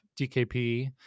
DKP